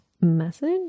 message